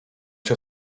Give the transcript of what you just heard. się